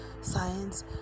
science